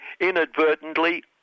inadvertently